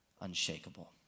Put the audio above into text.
unshakable